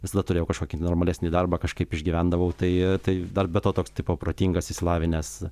visada turėjau kažkokį normalesnį darbą kažkaip išgyvendavau tai tai dar be to toks tipo protingas išsilavinęs